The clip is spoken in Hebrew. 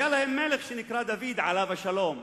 היה להם מלך שנקרא דוד, עליו השלום.